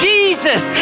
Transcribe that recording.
Jesus